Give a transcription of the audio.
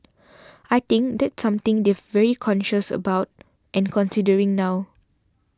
I think that's something they've very conscious about and considering now